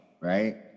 right